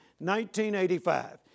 1985